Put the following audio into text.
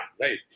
right